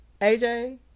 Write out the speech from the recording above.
AJ